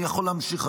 אני יכול להמשיך,